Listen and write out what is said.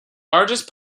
largest